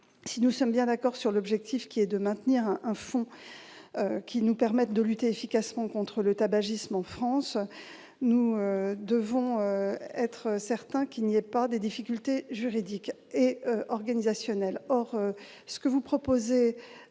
Si nous partageons le même objectif final et la volonté de maintenir un fonds qui nous permette de lutter efficacement contre le tabagisme en France, nous devons être certains qu'il n'y ait pas de difficultés juridiques et organisationnelles. Or ce que vous proposez